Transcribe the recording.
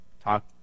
talk